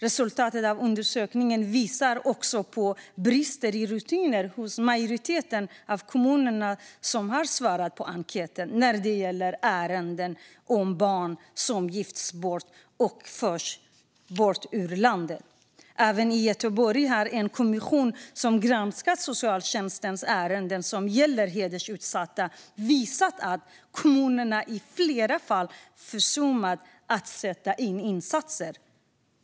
Resultatet av undersökningen visar också på brister i rutiner hos majoriteten av kommunerna när det gäller ärenden med barn som gifts bort och förs bort ur landet. Även i Göteborg har en kommission som granskat socialtjänstens ärenden som gäller hedersutsatta visat att kommunen i flera fall har försummat att sätta in insatser.